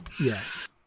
Yes